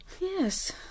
Yes